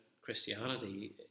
Christianity